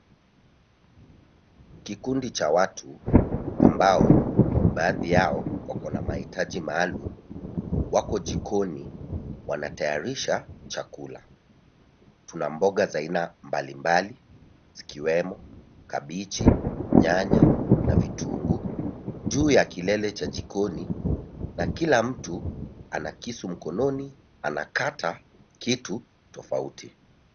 Kikundi cha watu ambao baadhi yao wako na mahitaji maalamu, wako jikoni wanatayarisha chakula. Tuna mboga za aina bali bali zikiwemo; kabichi, nyanya na vitunguu juu ya kilele cha jikoni, na kila mtu anakisu mkononi anakata kitu tofauti.